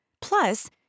Plus